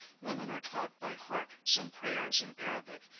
women are taught by heart some prayers in arabic,